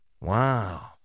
Wow